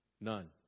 None